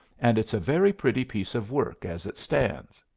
and it's a very pretty piece of work as it stands.